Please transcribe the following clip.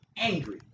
angry